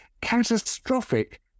catastrophic